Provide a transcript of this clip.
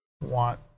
want